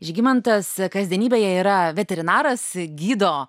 žygimantas kasdienybėje yra veterinaras gydo